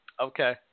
okay